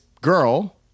girl